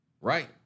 Right